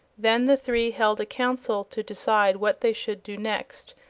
then the three held a counsel to decide what they should do next,